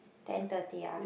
ten thirty ah